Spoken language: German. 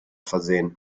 versehen